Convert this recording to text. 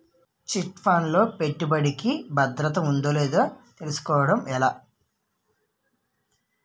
Chit fund లో పెట్టుబడికి భద్రత ఉందో లేదో తెలుసుకోవటం ఎలా?